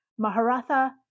Maharatha